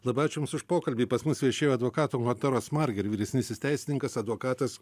labai ačiū jums už pokalbį pas mus viešėjo advokatų kontoros marger vyresnysis teisininkas advokatas